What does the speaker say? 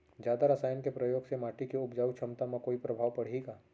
जादा रसायन के प्रयोग से माटी के उपजाऊ क्षमता म कोई प्रभाव पड़ही का?